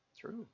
True